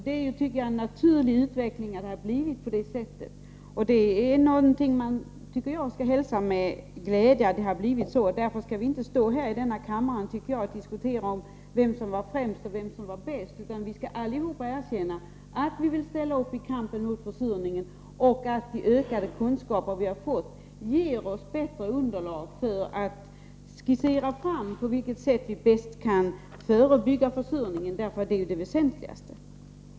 Det är, tycker jag, naturligt att det har blivit på det sättet, och det är någonting vi skall hälsa med glädje, tycker jag. Därför skall vi inte här i kammaren diskutera vem som var främst och vem som var bäst, utan vi skall alla erkänna att vi vill ställa upp i kampen mot försurningen och att de ökade kunskaper vi har fått ger oss bättre underlag för att skissera på vilket sätt vi bäst kan förebygga försurningen — det är ju det väsentligaste.